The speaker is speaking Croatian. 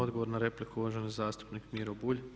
Odgovor na repliku uvaženi zastupnik Miro Bulj.